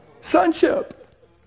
Sonship